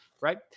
Right